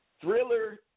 Thriller